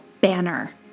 Banner